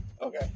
okay